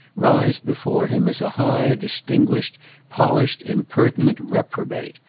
rise before him as a high distinguished polished impertinent reprobate,